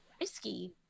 risky